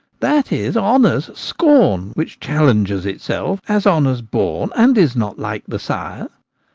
that is honour's scorn which challenges itself as honour's born and is not like the sire.